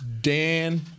Dan